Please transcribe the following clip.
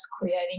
creating